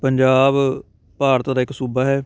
ਪੰਜਾਬ ਭਾਰਤ ਦਾ ਇੱਕ ਸੂਬਾ ਹੈ